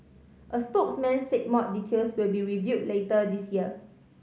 a spokesman said more details will be reveal later this year